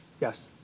Yes